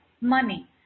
money